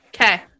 Okay